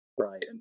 right